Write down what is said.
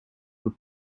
were